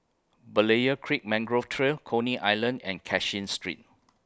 Berlayer Creek Mangrove Trail Coney Island and Cashin Street